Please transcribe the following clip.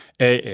AA